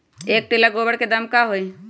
एक टेलर गोबर के दाम का होई?